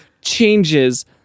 changes